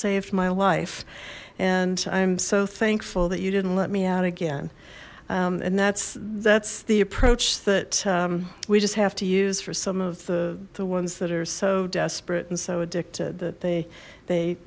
saved my life and i'm so thankful that you didn't let me out again and that's that's the approach that we just have to use for some of the the ones that are so desperate and so addicted that they they